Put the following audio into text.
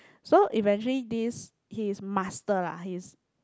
so eventually this he is master lah he's